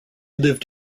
lived